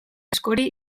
askori